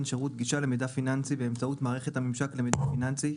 שירות גישה למידע פיננסי באמצעות מערכת הממשק למידע פיננסי,